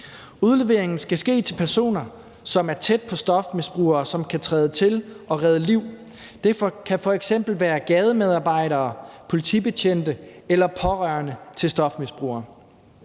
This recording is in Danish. Udleveringen skal ske til personer, som er tæt på stofmisbrugere, og som kan træde til og redde liv. Det kan f.eks. være gademedarbejdere, politibetjente eller pårørende til stofmisbrugere.